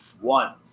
One